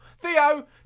Theo